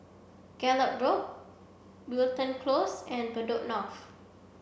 Gallop Road Wilton Close and Bedok North